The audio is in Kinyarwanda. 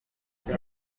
sue